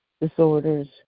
disorders